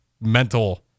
mental